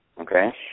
okay